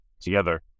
together